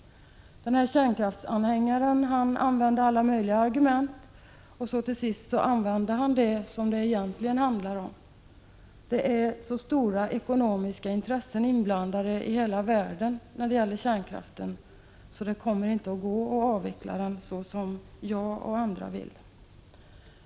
Denne kärnkraftsanhängare använde alla möjliga argument, och till sist använde han det som det egentligen handlar om, nämligen att det är så stora ekonomiska intressen inblandade i hela världen när det gäller kärnkraften att det inte kommer att gå att avveckla den så som jag och andra vill.